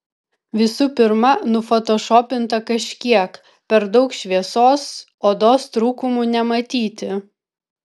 visų pirma nufotošopinta kažkiek per daug šviesos odos trūkumų nematyti